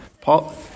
Paul